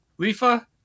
Lifa